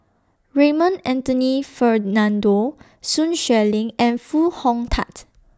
Raymond Anthony Fernando Sun Xueling and Foo Hong Tatt